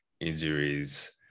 injuries